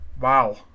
wow